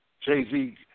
Jay-Z